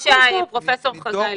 בבקשה, פרופ' חגי לוין.